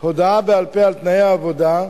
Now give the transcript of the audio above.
הודעה בעל-פה על תנאי העבודה,